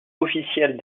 officielle